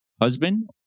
husband